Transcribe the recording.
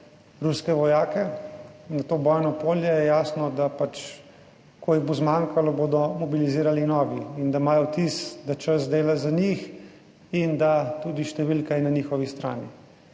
ruske vojake na to bojno polje, je jasno, da pač, ko jih bo zmanjkalo, bodo mobilizirali nove in da imajo vtis, da čas dela za njih in da tudi številka je na njihovi strani.